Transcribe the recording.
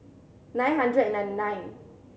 nine hundred and ninety nine